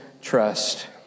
trust